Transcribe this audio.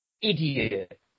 idiot